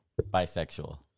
bisexual